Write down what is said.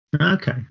okay